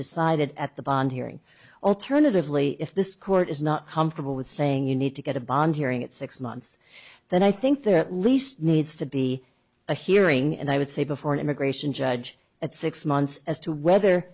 decided at the bond hearing alternatively if this court is not comfortable with saying you need to get a bond hearing at six months then i think the least needs to be a hearing and i would say before an immigration judge at six months as to whether